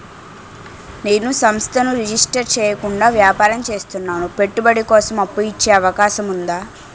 నేను సంస్థను రిజిస్టర్ చేయకుండా వ్యాపారం చేస్తున్నాను పెట్టుబడి కోసం అప్పు ఇచ్చే అవకాశం ఉందా?